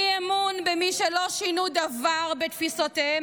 אי-אמון במי שלא שינו דבר בתפיסותיהם